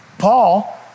Paul